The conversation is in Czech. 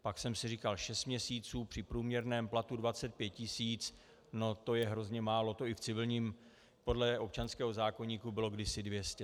Pak jsem si říkal šest měsíců při průměrném platu 25 tisíc, to je hrozně málo, to i podle občanského zákoníku bylo kdysi 200.